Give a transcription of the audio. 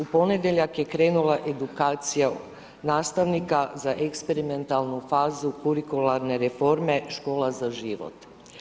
U ponedjeljak je krenula edukacija nastavnika za eksperimentalnu fazu kurikularne reforme Škola za život.